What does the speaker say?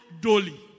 Dolly